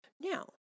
Now